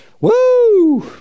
woo